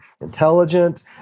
intelligent